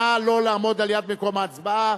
נא לא לעמוד ליד מקום ההצבעה.